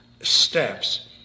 steps